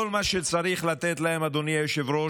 כל מה שצריך לתת להם, אדוני היושב-ראש,